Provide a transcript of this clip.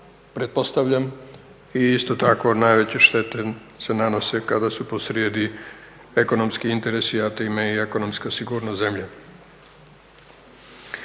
i isto tako najveće štete se nanose kada su posrijedi ekonomski interesi, a time i ekonomska sigurnost zemlje.